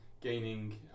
gaining